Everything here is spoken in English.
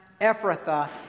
Ephrathah